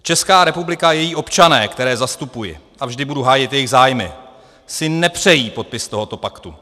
Česká republika a její občané, které zastupuji, a vždy budu hájit jejich zájmy, si nepřejí podpis tohoto paktu.